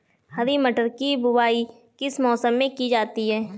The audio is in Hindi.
हरी मटर की बुवाई किस मौसम में की जाती है?